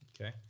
Okay